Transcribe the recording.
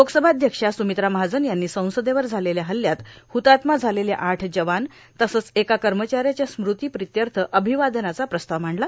लोकसभाध्यक्षा स्मित्रा महाजन यांनी संसदेवर झालेल्या हल्ल्यात हतात्मा झालेले आठ जवान तसंच एका कर्मचाऱ्याच्या स्मृती प्रित्यर्थ अभिवादनाचा प्रस्ताव मांडला